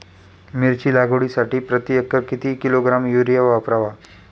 मिरची लागवडीसाठी प्रति एकर किती किलोग्रॅम युरिया वापरावा?